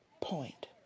point